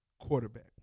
quarterback